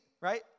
right